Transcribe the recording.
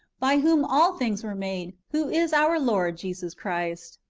by whom all things were made, who is our lord jesus christ.